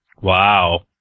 Wow